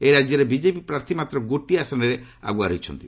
ଏହି ରାଜ୍ୟରେ ବିଜେପି ପ୍ରାର୍ଥୀ ମାତ୍ର ଗୋଟିଏ ଆସନରେ ଆଗୁଆ ରହିଛନ୍ତି